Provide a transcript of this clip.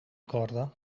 corda